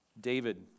David